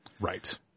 Right